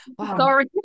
Sorry